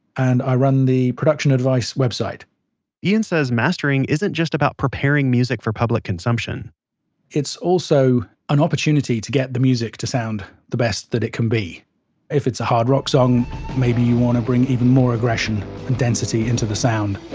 and i run the production advice website ian says mastering isn't just about preparing music for public consumption it's also an opportunity to get the music to sound the best that it can be if it's a hard rock song maybe you want to bring even even more aggression and density into the sound.